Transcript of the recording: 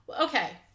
okay